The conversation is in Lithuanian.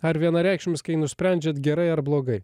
ar vienareikšmiskai nusprendžiat gerai ar blogai